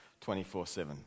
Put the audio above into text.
24-7